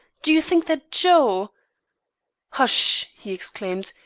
do you think that joe hush! he exclaimed,